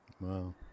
Wow